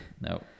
No